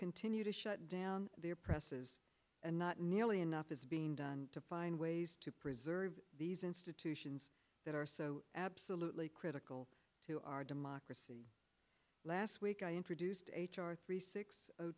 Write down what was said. continue to shut down their presses and not nearly enough is being done find ways to preserve these institutions that are so absolutely critical to our democracy last week i introduced h r three six